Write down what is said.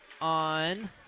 on